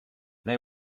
they